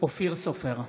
אופיר סופר,